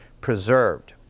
preserved